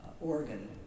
organ